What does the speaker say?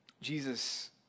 Jesus